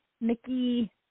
Mickey